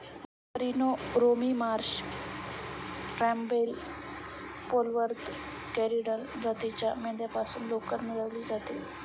merino, Romney Marsh, Rambouillet, Polwarth, Corriedale जातीच्या मेंढ्यांपासून लोकर मिळवली जाते